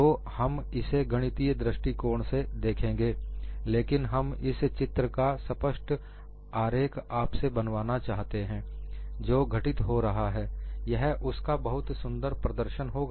तो हम इसे गणितीय दृष्टिकोण से देखेंगे लेकिन हम इस चित्र का एक स्पष्ट आरेख आपसे बनवाना चाहते हैं जो घटित हो रहा है यह उसका बहुत सुंदर प्रदर्शन होगा